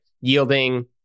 yielding